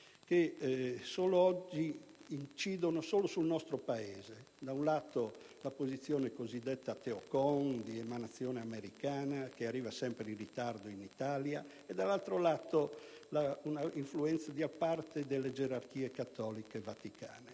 che oggi incidono solo sul nostro Paese: da un lato, la posizione cosiddetta teocon, di emanazione americana, che arriva sempre in ritardo in Italia, e dall'altro lato l'influenza delle gerarchie cattoliche vaticane,